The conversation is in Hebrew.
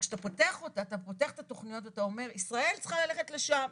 שכשאתה פותח אותה אתה פותח את התכניות ואתה אומר: ישראל צריכה ללכת לשם.